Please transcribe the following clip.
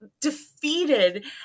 defeated